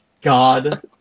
God